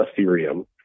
Ethereum